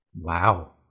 Wow